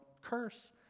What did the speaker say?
curse